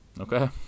Okay